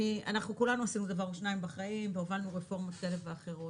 אנחנו כולנו עשינו דבר או שניים בחיים והובלנו רפורמות כאלה ואחרות,